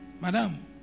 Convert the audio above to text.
madam